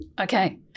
Okay